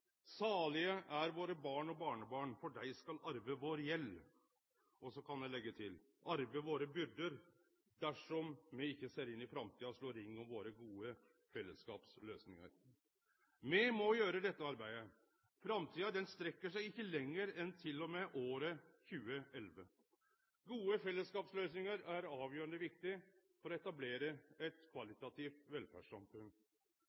Salige er våre barn og barnebarn, for dei skal arve vår gjeld. Og så kan eg leggje til, arve våre byrder, dersom me ikkje ser inn i framtida og slår ring om våre gode fellesskapsløysingar. Me må gjere dette arbeidet. Framtida strekkjer seg lenger enn til og med året 2011. Gode fellesskapsløysingar er avgjerande viktige for å etablere eit